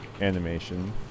animation